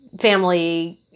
family